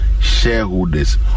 shareholders